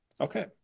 Okay